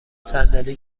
صندلی